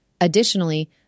Additionally